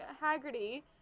Haggerty